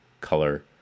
color